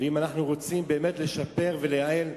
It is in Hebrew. ואם אנחנו רוצים לשפר ולייעל,